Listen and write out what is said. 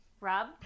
Rob